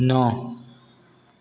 नौ